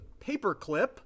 Paperclip